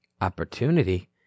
Opportunity